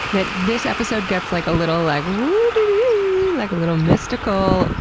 that this episode gets like a little, like, woo-doo-to-doo, like a little mystical.